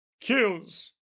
kills